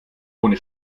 ohne